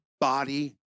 body